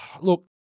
look